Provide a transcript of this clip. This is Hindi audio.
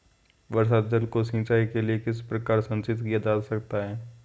वर्षा जल को सिंचाई के लिए किस प्रकार संचित किया जा सकता है?